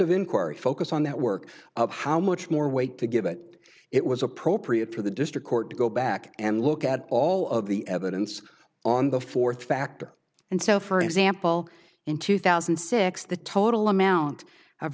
of inquiry focused on that work how much more weight to give it it was appropriate for the district court to go back and look at all of the evidence on the fourth factor and so for example in two thousand and six the total amount of